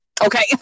Okay